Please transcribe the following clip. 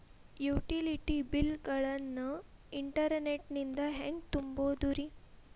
Utility bill ಗಳನ್ನ internet ನಿಂದ ಹೆಂಗ್ ತುಂಬೋದುರಿ?